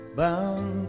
bound